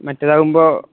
മറ്റേതാകുമ്പോള്